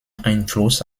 einfluss